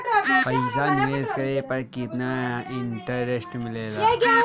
पईसा निवेश करे पर केतना इंटरेस्ट मिलेला?